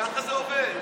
ככה זה עובד.